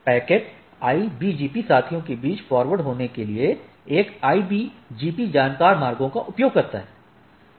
packet IBGP साथियों के बीच फॉरवर्ड होने के लिए एक IBGP जानकार मार्गों का उपयोग करता है